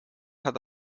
hat